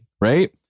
right